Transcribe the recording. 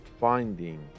finding